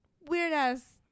weird-ass